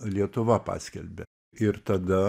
lietuva paskelbė ir tada